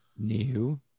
new